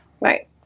Right